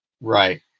right